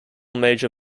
major